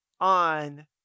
on